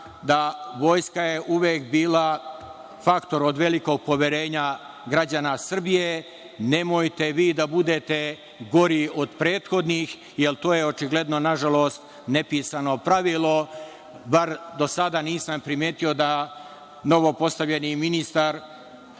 vojska je uvek bila faktor od velikog poverenja građana Srbije. Nemojte vi da budete gori od prethodnih, jer to je očigledno, nažalost, nepisano pravilo, bar do sada nisam primetio da se novopostavljeni ministar